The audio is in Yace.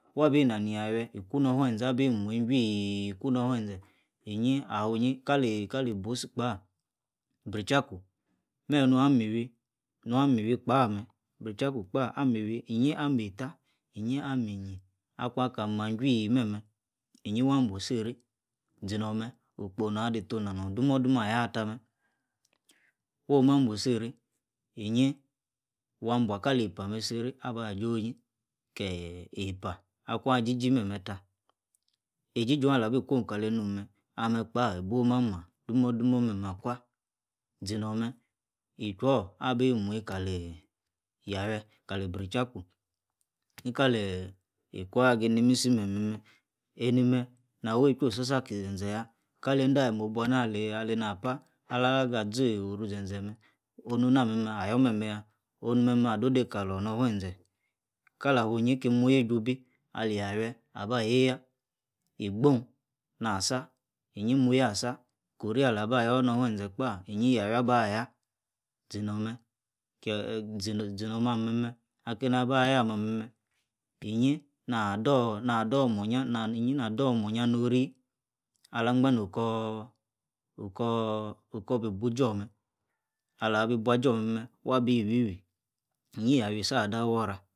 Wa abi na nia yawyieh iku no-ofu-ze abi muyi jui-ee iku no-ofu ze iyi fuyi kali bousi kpa brichaku meme no-ami iwi kpa mem ibrichaku kpa ameyi iwi iyi ameh etta iyi ameh e-eyie aku aka ma chui inyi wa bua isi-ri zenome okpo na adeta onah nono domo-domo ayata mer woh ma bua isi-ri iyi wabua kali-epa mer isi-ri abu joh-oyi kie-epa aku ajiji memeta eji-ji oh ala abi kwom kala enu ame-kpa oh mah ama domo-domo meme akwa zi nome ichui oh abi muiye kali yawuirh kali brichaku inka eeh ekwa aji nimisi meme enme na awu ehu osu-sa aki ze-zeyakali ende aleyi mobuana alena apa aga zoru ize-ze mer ono-namer ayo memeya ono-meme ado de kalor nor ofue-ze kala afuyi aki muyi iju-ibi ali yawuih aba ayie yah igbon-na inyi muyi asa ori alaba yor nede ofuu ze kpa yawuieh aba yah zinome zinome allimeme akine aba yah ameme keyi na-ado moyah iyi na-ado moga nori ala-agba noko bi bu jume ala-abi aju oneme wa-abi wiwi niah yawuieh isa-ade awor-ora